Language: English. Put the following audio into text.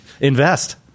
invest